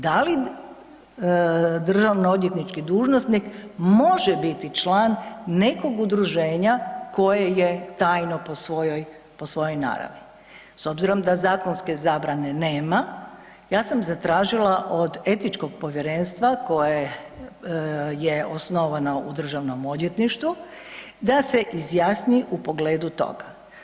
Da li državnoodvjetnički dužnosnik može biti član nekog udruženja koje je tajno po svojoj naravi, s obzirom da zakonske zabrane nema, ja sam zatražila od Etičkog povjerenstva koje je osnovano u DORH-u da se izjasni u pogledu toga.